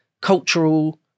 cultural